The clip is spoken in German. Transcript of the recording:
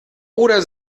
oder